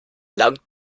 langt